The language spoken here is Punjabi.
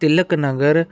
ਤਿਲਕ ਨਗਰ